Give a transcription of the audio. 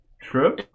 True